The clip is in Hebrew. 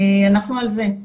אנחנו על זה.